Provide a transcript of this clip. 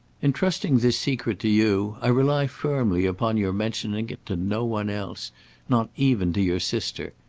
in trusting this secret to you, i rely firmly upon your mentioning it to no one else not even to your sister.